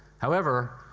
however,